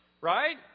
right